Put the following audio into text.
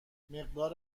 مقدار